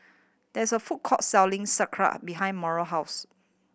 there is a food court selling Sekihan behind Mauro house